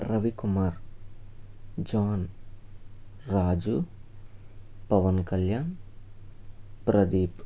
Ravikumar John Raju Pawan Kalyan Pradeep